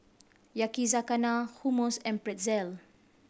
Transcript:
Yakizakana Hummus and Pretzel